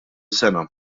sena